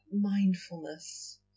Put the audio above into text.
mindfulness